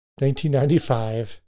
1995